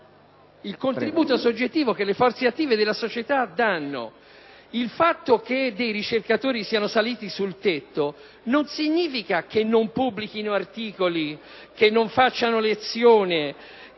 il contributo soggettivo che le forze attive della societa danno. Il fatto che alcuni ricercatori siano saliti sul tetto non significa che non pubblichino articoli, che non facciano lezione,